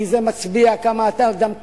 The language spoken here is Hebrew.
כי זה מצביע כמה אתה אדם קטן,